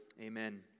Amen